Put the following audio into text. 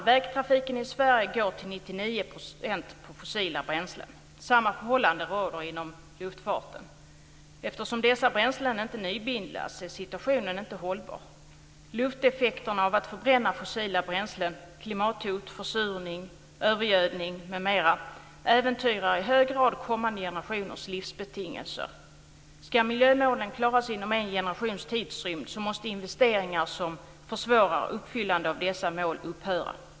Vägtrafiken i Sverige går till 99 % på fossila bränslen. Samma förhållande råder inom luftfarten. Eftersom dessa bränslen inte nybildas är situationen inte hållbar. Lufteffekterna av att förbränna fossila bränslen, klimathot, försurning, övergödning m.m., äventyrar i hög grad kommande generationers livsbetingelser. Om miljömålen ska klaras inom en generations tidsrymd måste investeringar som försvårar uppfyllandet av dessa mål upphöra.